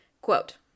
quote